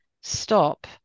stop